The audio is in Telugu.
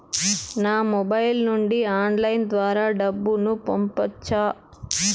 నా మొబైల్ నుండి ఆన్లైన్ ద్వారా డబ్బును పంపొచ్చా